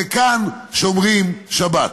וכאן שומרים שבת.